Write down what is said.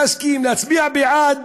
להסכים, להצביע בעד